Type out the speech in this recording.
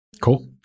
Cool